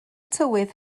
tywydd